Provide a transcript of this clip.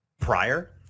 prior